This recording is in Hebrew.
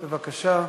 בבקשה.